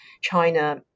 china